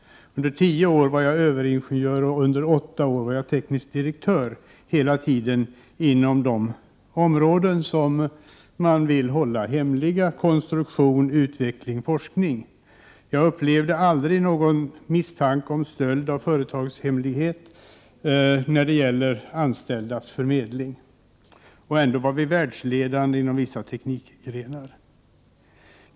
I tio år var jag överingenjör och i åtta år var jag teknisk direktör — hela tiden inom de områden som man vill hemlighålla, nämligen konstruktion, utveckling och forskning. Jag upplevde aldrig någon misstanke om stöld av företagshemligheter när det gäller anställdas förmedling. Ändå var vi världsledande inom vissa teknikgrenar.